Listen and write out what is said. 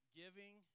giving